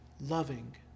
Loving